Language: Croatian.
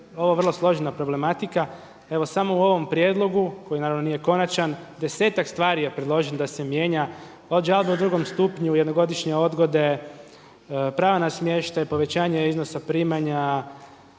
ovo vrlo složena problematika. Evo samo u ovom prijedlogu, koji naravno nije konačan, desetak stvari je predloženo da se mijenja kao …/Ne razumije se./… drugom stupnju jednogodišnje odgode, pravo na smještaj, povećanje iznosa primanja,